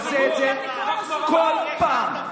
ואתה עושה את זה כבר בפעם השנייה.